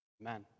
Amen